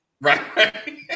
right